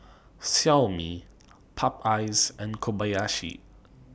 Xiaomi Popeyes and Kobayashi